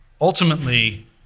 Ultimately